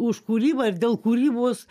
už kūrybą ir dėl kūrybos